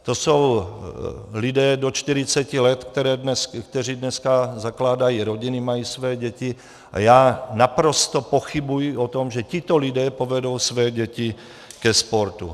To jsou lidé do 40 let, kteří dneska zakládají rodiny, mají své děti a já naprosto pochybuji o tom, že tito lidé povedou své děti ke sportu.